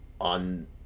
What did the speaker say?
on